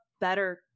better